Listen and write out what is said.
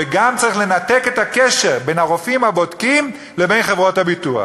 וגם צריך לנתק את הקשר בין הרופאים הבודקים לבין חברות הביטוח.